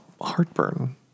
heartburn